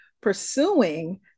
pursuing